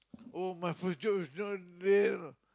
oh my future is not real